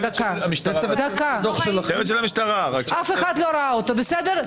אף אחד לא ראה אותו, בסדר?